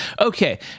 okay